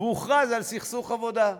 והוכרז סכסוך עבודה.